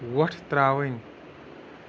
وۄٹھ ترٛاوٕنۍ